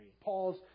Paul's